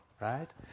right